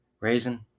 Raisin